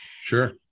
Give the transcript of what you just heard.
Sure